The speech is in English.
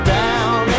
down